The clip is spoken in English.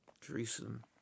Jerusalem